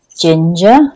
ginger